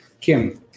Kim